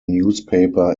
newspaper